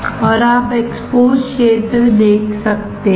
और आप एक्सपोज क्षेत्र देख सकते हैं